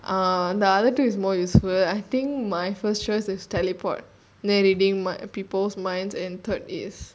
uh the other two is more useful I think my first choice is teleport then reading mi~ people's minds and third is